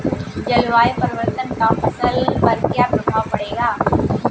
जलवायु परिवर्तन का फसल पर क्या प्रभाव पड़ेगा?